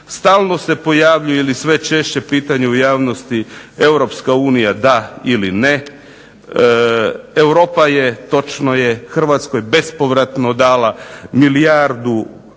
Stalno se pojavljuje i sve češće pitanje u javnosti EU da ili ne? europa točno je HRvatskoj bespovratno dala milijardu